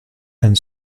and